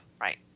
Right